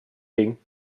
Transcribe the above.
ding